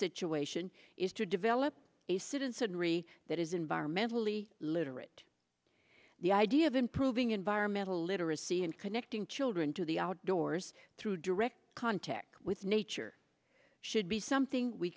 situation is to develop a student's enry that is environmentally literate the idea of improving environmental literacy and connecting children to the outdoors through direct contact with nature should be something we